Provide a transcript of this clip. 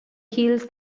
hills